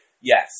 Yes